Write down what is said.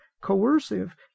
coercive